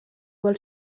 vol